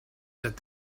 said